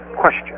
Question